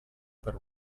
per